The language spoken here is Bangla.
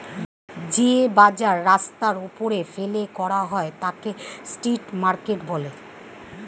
যে বাজার রাস্তার ওপরে ফেলে করা হয় তাকে স্ট্রিট মার্কেট বলে